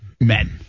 men